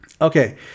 Okay